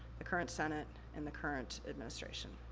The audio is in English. the current senate, and the current administration.